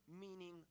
meaning